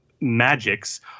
magics